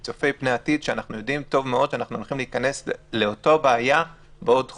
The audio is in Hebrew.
אנחנו יודעים טוב מאוד שאנחנו עומדים להיכנס לאותה בעיה בעוד חודשיים.